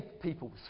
peoples